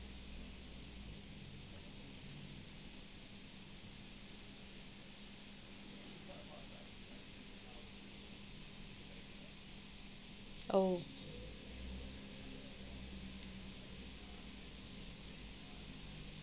oh